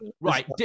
Right